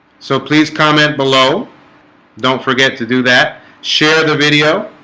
so please comment below don't forget to do that share the video